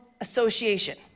association